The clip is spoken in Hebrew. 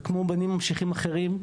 וכמו בנים ממשיכים אחרים,